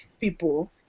people